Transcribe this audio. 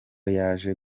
yaje